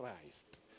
Christ